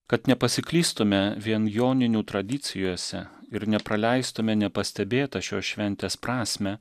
kad nepasiklystume vien joninių tradicijose ir nepraleistume nepastebėtą šios šventės prasmę